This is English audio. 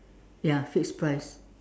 ya fixed price